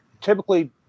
typically